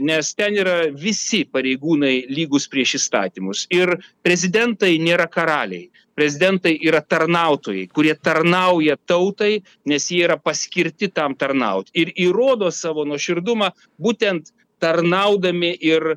nes ten yra visi pareigūnai lygūs prieš įstatymus ir prezidentai nėra karaliai prezidentai yra tarnautojai kurie tarnauja tautai nes jie yra paskirti tam tarnaut ir įrodo savo nuoširdumą būtent tarnaudami ir